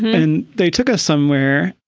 and they took us somewhere.